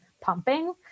pumping